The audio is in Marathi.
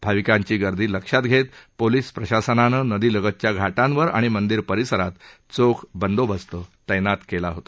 भाविकांची गर्दी लक्षात घेत पोलीस प्रशासनानं नदीलगतच्या घाटांवर आणि मंदिर परिसरात चोख बंदोबस्त तैनात केला होता